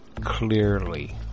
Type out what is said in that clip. clearly